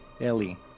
Ellie